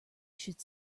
should